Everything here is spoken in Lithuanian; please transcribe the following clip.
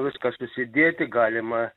viską susidėti galima